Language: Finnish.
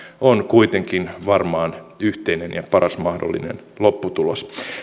on kuitenkin varmaan yhteinen ja paras mahdollinen lopputulos